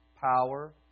power